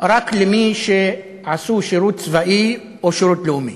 רק למי שעשו שירות צבאי או שירות לאומי.